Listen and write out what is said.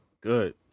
good